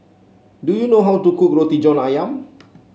do you know how to cook Roti John ayam